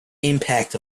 impact